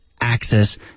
access